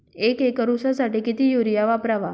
एक एकर ऊसासाठी किती युरिया वापरावा?